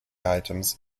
items